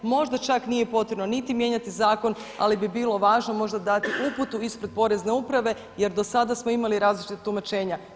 Možda čak nije potrebno niti mijenjati zakon, ali bi bilo važno možda dati uputu ispred Porezne uprave jer do sada smo imali različita tumačenja.